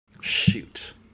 Shoot